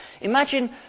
Imagine